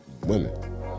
women